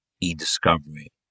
e-discovery